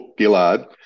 Gillard